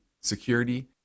security